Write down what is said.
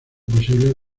posible